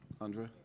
Andre